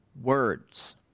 words